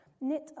Knit